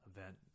event